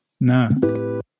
No